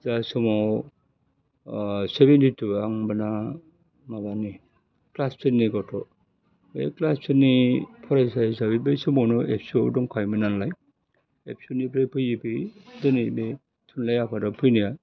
जा समाव सेभेनथिथु आं होनबाना माबानि ख्लास टेननि गथ' बे ख्लास टेननि फरायसा हिसाबै बै समावनो एबसुआव दंखायो नालाय एबसुनिफ्राय फैयै फैयै दोनै बे थुनलाइ आफादाव फैनाया